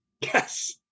Yes